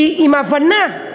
כי עם הבנה,